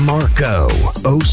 Marco